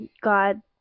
God